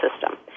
system